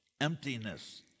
emptiness